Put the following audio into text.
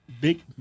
big